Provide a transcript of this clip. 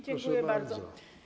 Dziękuję bardzo.